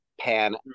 pan